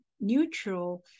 neutral